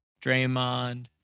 Draymond